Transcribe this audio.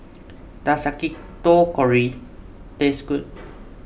does Yakitori taste good